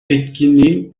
etkinliğin